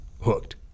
hooked